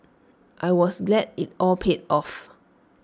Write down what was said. I was glad IT all paid off